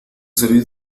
salir